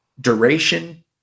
duration